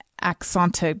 accent